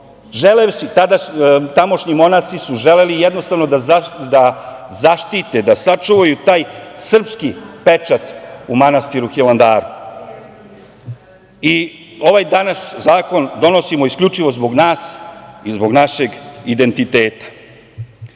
fondova. Tamošnji monasi su želeli jednostavno da zaštite, da sačuvaju taj srpski pečat u manastiru Hilandaru. Ovaj danas zakon donosimo isključivo zbog nas i zbog našeg identiteta.